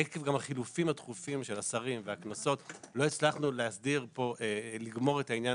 עקב החילופים התכופים של השרים והכנסות לא הצלחנו לגמור את העניין